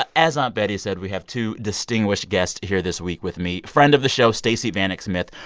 ah as aunt betty said, we have two distinguished guests here this week with me friend of the show, stacey vanek smith,